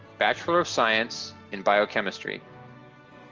bachelor of science in biochemistry.